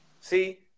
See